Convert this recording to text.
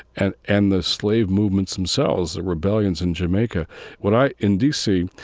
and and the slave movements themselves, the rebellions in jamaica what i in d c,